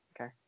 Okay